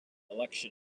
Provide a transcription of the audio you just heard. election